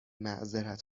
معذرت